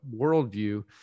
worldview